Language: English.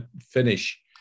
finish